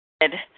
Good